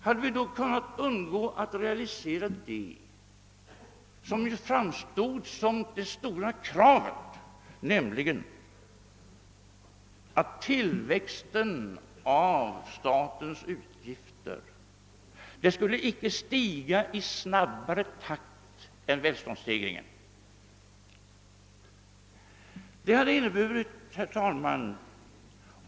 Hade vi då kunnat undgå att realisera vad som framstod som det stora kravet, nämligen att statens utgifter icke skulle stiga i snabbare takt än välståndsstegringen?